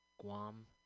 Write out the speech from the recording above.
Guam